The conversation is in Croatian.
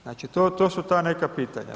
Znači, to su ta neka pitanja.